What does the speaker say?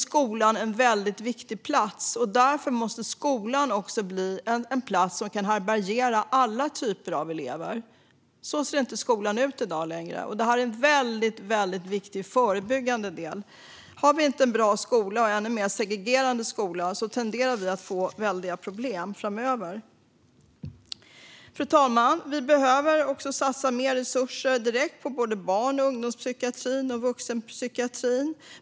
Skolan är en viktig plats, och därför måste skolan också kunna härbärgera alla typer av elever. Men så ser skolan inte längre ut. Skolan spelar en mycket viktig förebyggande roll, och med en segregerande skola tenderar vi att få väldiga problem framöver. Fru talman! Vi behöver satsa mer resurser direkt på både barn och ungdomspsykiatrin och vuxenpsykiatrin.